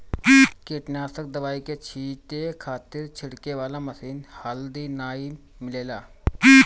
कीटनाशक दवाई के छींटे खातिर छिड़के वाला मशीन हाल्दी नाइ मिलेला